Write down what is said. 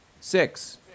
Six